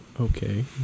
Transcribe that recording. Okay